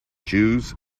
jews